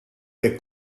the